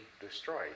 destroyed